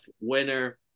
winner